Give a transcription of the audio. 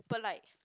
but like